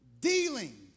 dealing